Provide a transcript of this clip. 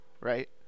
right